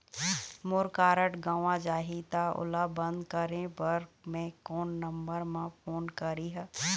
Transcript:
मोर card गंवा जाही त ओला बंद करें बर मैं कोन नंबर म फोन करिह?